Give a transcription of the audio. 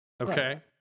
Okay